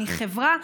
מחברה,